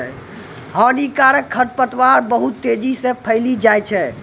हानिकारक खरपतवार बहुत तेजी से फैली जाय छै